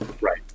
right